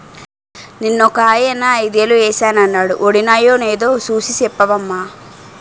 నిన్నొకాయన ఐదేలు ఏశానన్నాడు వొడినాయో నేదో సూసి సెప్పవమ్మా